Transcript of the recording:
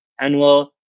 annual